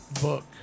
Book